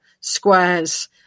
squares